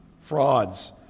frauds